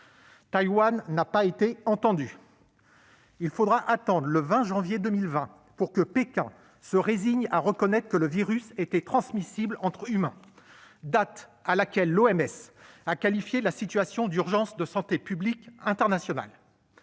Elle n'a pas été entendue. Il faudra attendre le 20 janvier 2020 pour que Pékin se résigne à reconnaître que le virus était transmissible entre humains, date à laquelle l'OMS a qualifié la situation « d'urgence de santé publique de portée internationale